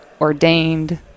ordained